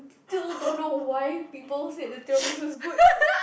still don't know why people said the tiramisu is good